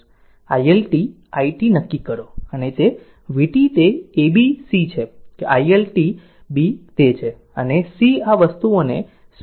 i L t i t નક્કી કરો અને vt તે a b c છે કે i L t b તે છે અને C આ 3 વસ્તુઓએ 0